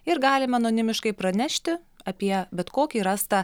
ir galim anonimiškai pranešti apie bet kokį rastą